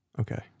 okay